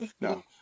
No